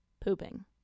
pooping